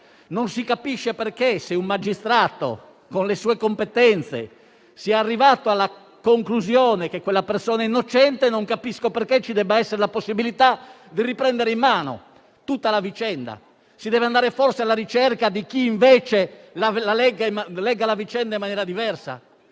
non si capisce per quale motivo, se un magistrato con le sue competenze è arrivato alla conclusione che una persona è innocente, ci debba essere la possibilità di riprendere in mano tutta la vicenda. Si deve andare forse alla ricerca di chi invece legga la vicenda in maniera diversa?